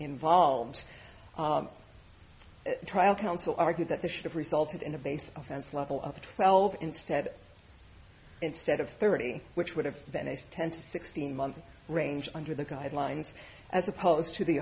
involved trial counsel argued that the should have resulted in a base offense level of twelve instead instead of thirty which would have been a ten to sixteen month range under the guidelines as opposed to the